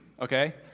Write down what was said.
Okay